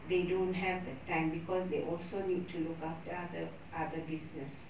they don't have the time because they also need to look after other other business